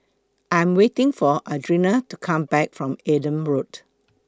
I Am waiting For Adrianna to Come Back from Adam Park